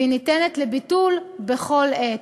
והיא ניתנת לביטול בכל עת.